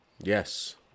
Yes